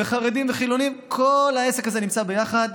וחרדים וחילונים, כל העסק הזה נמצא ביחד.